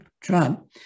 Trump